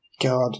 God